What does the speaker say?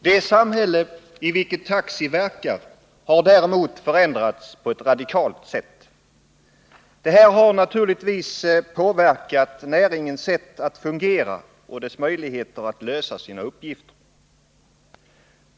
Det samhälle i vilket taxi verkar har däremot förändrats radikalt. Det här har naturligtvis påverkat näringens sätt att fungera och dess möjligheter att fullgöra sina uppgifter.